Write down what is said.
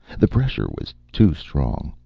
the pressure was too strong.